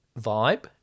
vibe